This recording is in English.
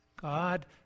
God